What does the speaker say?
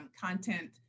content